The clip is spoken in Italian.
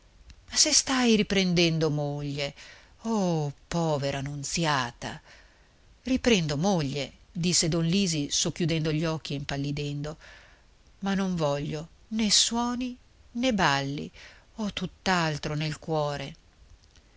se stai riprendendo moglie oh povera nunziata riprendo moglie disse don lisi socchiudendo gli occhi e impallidendo ma non voglio né suoni né balli ho tutt'altro nel cuore